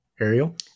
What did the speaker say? Ariel